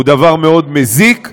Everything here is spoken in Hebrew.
הוא דבר מאוד מזיק,